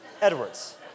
Edwards